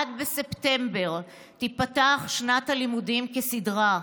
בספטמבר תיפתח שנת הלימודים כסדרה.